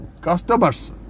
customers